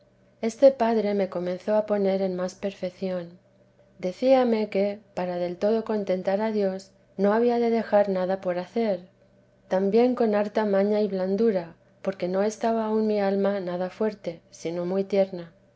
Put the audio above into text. este padre me comenzó a poner en más perfección decíame que para del todo contentar a dios no había de dejar nada por hacer también con harta maña y blandura porque no estaba aún mi alma nada fuerte sino muy tierna